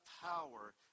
power